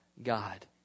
god